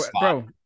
bro